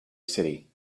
city